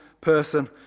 person